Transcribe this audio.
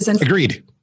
Agreed